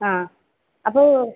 ആ അപ്പോൾ